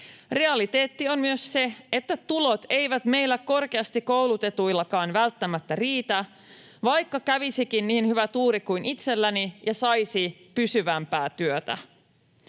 Realiteetti on myös se, että tulot eivät meillä korkeasti koulutetuillakaan välttämättä riitä, vaikka kävisikin niin hyvä tuuri kuin itselläni ja saisi pysyvämpää työtä.